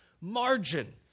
margin